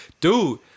dude